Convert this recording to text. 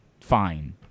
Fine